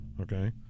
Okay